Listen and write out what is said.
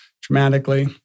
dramatically